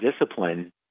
discipline